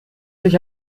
sich